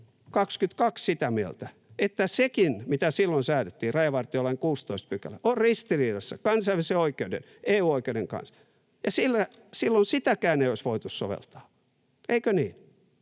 2022 sitä mieltä, että sekin, mitä silloin säädettiin, rajavartiolain 16 §, on ristiriidassa kansainvälisen oikeuden ja EU-oikeuden kanssa, ja silloin sitäkään ei olisi voitu soveltaa, eikö niin?